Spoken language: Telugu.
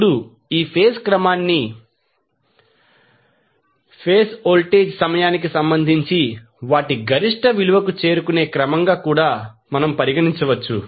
ఇప్పుడు ఈ ఫేజ్ క్రమాన్ని ఫేజ్ వోల్టేజ్ సమయానికి సంబంధించి వాటి గరిష్ట విలువకు చేరుకునే క్రమంగా కూడా పరిగణించవచ్చు